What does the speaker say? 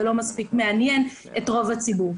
זה לא מספיק מעניין את רוב הציבור.